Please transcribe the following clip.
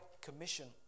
Commission